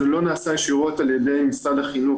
זה לא נעשה ישירות על ידי משרד החינוך,